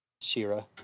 Shira